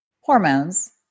hormones